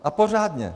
A pořádně!